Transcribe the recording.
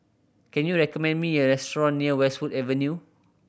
can you recommend me a restaurant near Westwood Avenue